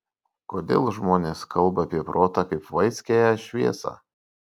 kodėl žmonės kalba apie protą kaip vaiskiąją šviesą